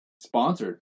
Sponsored